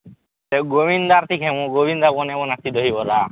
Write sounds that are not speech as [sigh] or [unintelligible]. ଏ ଗୋବିନ୍ଦାର ଠି ଖାଇବୁ ଗୋବିନ୍ଦା ବନାଇବ [unintelligible] ଦହିବରା